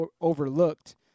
overlooked